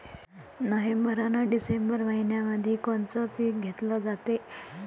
November अन डिसेंबर मइन्यामंधी कोण कोनचं पीक घेतलं जाते?